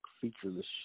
featureless